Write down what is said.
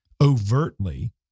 overtly